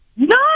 No